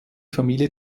familie